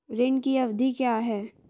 ऋण की अवधि क्या है?